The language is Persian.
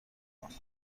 کنم